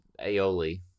aioli